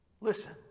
Listen